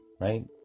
right